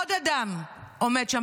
עוד אדם עומד שם,